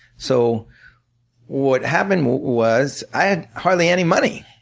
so what happened was i had hardly any money.